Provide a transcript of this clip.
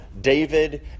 David